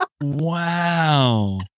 wow